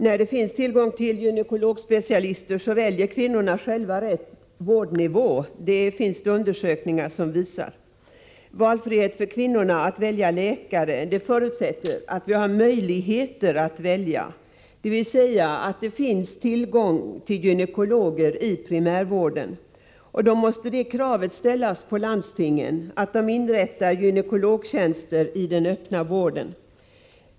När det finns tillgång till gynekologspecialister väljer kvinnorna själva rätt vårdnivå — det finns det undersökningar som visar. Valfrihet för kvinnorna när det gäller att välja läkare förutsätter att vi har möjligheter att välja, dvs. att det finns tillgång till gynekologer i primärvården. Då måste kravet ställas på landstingen att de inrättar gynekologtjänster i den öppna vården.